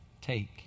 take